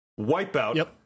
wipeout